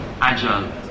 agile